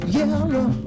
yellow